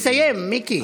תסיים, מיקי.